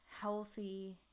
healthy